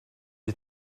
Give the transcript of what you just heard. you